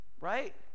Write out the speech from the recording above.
right